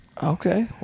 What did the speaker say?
Okay